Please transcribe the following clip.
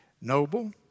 noble